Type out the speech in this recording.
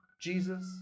Jesus